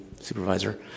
Supervisor